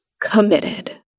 committed